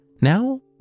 Now